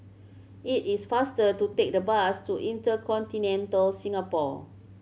it is faster to take the bus to InterContinental Singapore